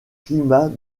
climat